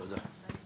תודה.